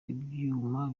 ibyuma